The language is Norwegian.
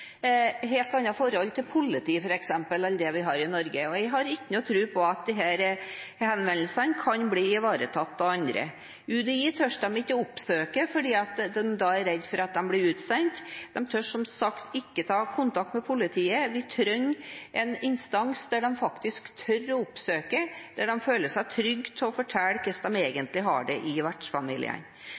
helt annet forhold til politi, f.eks., enn det vi har i Norge, og jeg har ikke noen tro på at disse henvendelsene kan bli ivaretatt av andre. UDI tør de ikke å oppsøke fordi de da er redde for at de blir utsendt. De tør som sagt ikke ta kontakt med politiet. Vi trenger en instans de faktisk tør å oppsøke, der de føler seg trygge til å fortelle hvordan de egentlig har det i